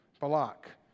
Balak